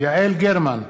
יעל גרמן,